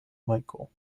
michel